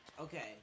okay